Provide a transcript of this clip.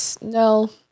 no